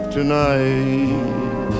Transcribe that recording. Tonight